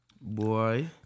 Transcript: Boy